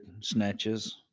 snatches